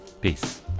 Peace